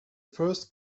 first